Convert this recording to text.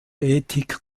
ethik